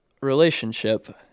relationship